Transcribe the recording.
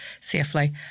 safely